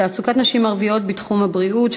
תעסוקת נשים ערביות בתחום הבריאות,